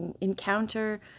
Encounter